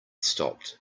stopped